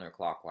counterclockwise